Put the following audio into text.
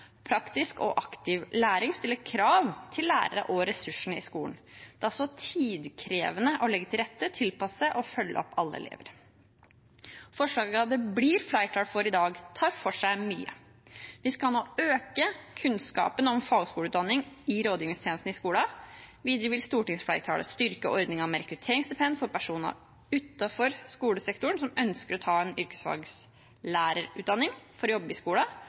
Praktisk og aktiv læring stiller krav til lærerne og ressursene i skolen. Det er tidkrevende å legge til rette, tilpasse og å følge opp alle elever. Forslagene det blir flertall for i dag, tar for seg mye. Vi skal nå øke kunnskapen om fagskoleutdanning i rådgivningstjenesten i skolen. Videre vil stortingsflertallet styrke ordningen med rekrutteringsstipend for personer utenfor skolesektoren som ønsker å ta en yrkesfaglærerutdanning for å jobbe i skolen,